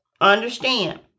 Understand